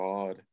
God